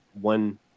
one